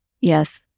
Yes